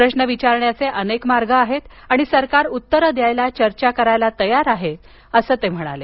प्रश्न विचारण्याचे अनेक मार्ग आहेत आणि सरकार उत्तरं द्यायला चर्चा करायला तैय्यार आहे अस ते म्हणाले